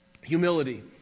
humility